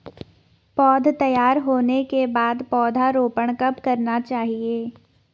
पौध तैयार होने के बाद पौधा रोपण कब करना चाहिए?